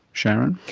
sharon?